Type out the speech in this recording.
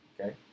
Okay